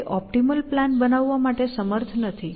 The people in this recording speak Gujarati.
તે ઓપ્ટિમલ પ્લાન બનાવવા માટે સમર્થ નથી